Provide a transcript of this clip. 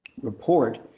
report